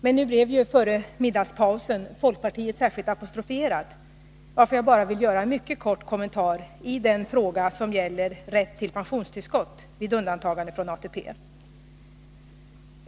Men nu blev folkpartiet särskilt apostroferat före middagspausen, varför jag vill göra en mycket kort kommentar i den fråga som gäller rätten till pensionstillskott vid undantagande från ATP.